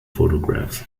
photographs